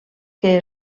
que